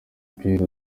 pierre